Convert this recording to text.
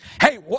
Hey